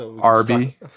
Arby